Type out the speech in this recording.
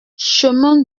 chemin